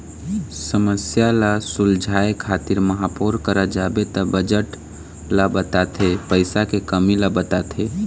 समस्या ल सुलझाए खातिर महापौर करा जाबे त बजट ल बताथे पइसा के कमी ल बताथे